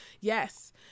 Yes